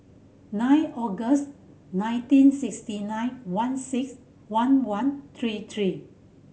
nine August nineteen sixty nine one six one one three three